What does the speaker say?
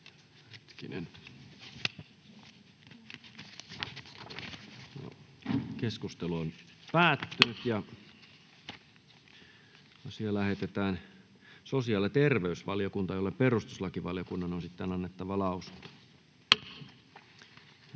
ehdottaa, että asia lähetetään sosiaali- ja terveysvaliokuntaan, jolle perustuslakivaliokunnan on annettava lausunto.